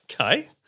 Okay